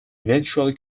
eventually